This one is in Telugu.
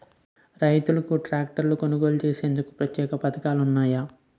రైతులకు ట్రాక్టర్లు కొనుగోలు చేసేందుకు ప్రత్యేక పథకాలు ఉన్నాయా?